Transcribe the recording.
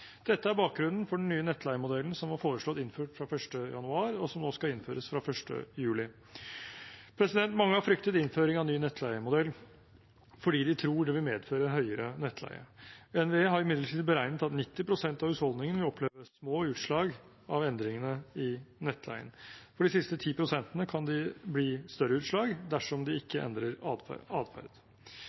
Dette er bakgrunnen for den nye nettleiemodellen som var foreslått innført fra 1. januar, og som nå skal innføres fra 1. juli. Mange har fryktet innføring av ny nettleiemodell fordi de tror det vil medføre høyere nettleie. NVE har imidlertid beregnet at 90 pst. av husholdningene vil oppleve små utslag av endringene i nettleien. For de siste 10 pst. kan det bli større utslag dersom de ikke endrer atferd.